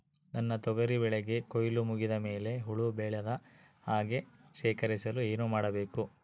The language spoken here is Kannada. ನನ್ನ ತೊಗರಿ ಬೆಳೆಗೆ ಕೊಯ್ಲು ಮುಗಿದ ಮೇಲೆ ಹುಳು ಬೇಳದ ಹಾಗೆ ಶೇಖರಿಸಲು ಏನು ಮಾಡಬೇಕು?